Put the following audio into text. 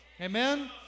Amen